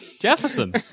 Jefferson